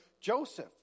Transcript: Joseph